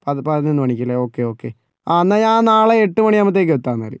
പത് പതിനൊന്ന് മണിക്കല്ലേ ഓക്കെ ഓക്കെ ആ എന്നാൽ ഞാൻ നാളെ എട്ടു മണിയാകുമ്പോഴത്തേക്ക് എത്താം എന്നാൽ